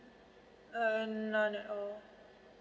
err not at all